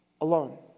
alone